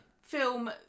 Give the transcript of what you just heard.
film